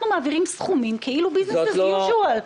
מעבירים סכומים כאילו Business as usual.